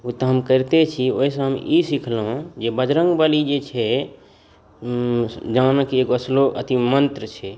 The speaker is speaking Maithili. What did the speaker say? ओ तऽ हम करिते छी ओहिसँ हम ई सिखलहुँ बजरङ्ग बली जे छै जाहिमे कि एगो श्लोक अथि मन्त्र छै